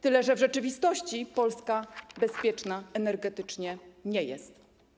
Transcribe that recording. Tyle że w rzeczywistości Polska bezpieczna energetycznie nie jest.